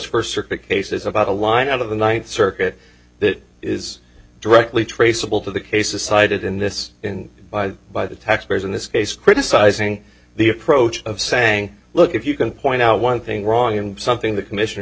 first circuit cases about a line out of the ninth circuit that is directly traceable to the cases cited in this in by the taxpayers in this case criticizing the approach of saying look if you can point out one thing wrong and something the commissioner